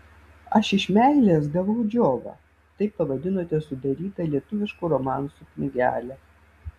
aš iš meilės gavau džiovą taip pavadinote sudarytą lietuviškų romansų knygelę